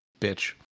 bitch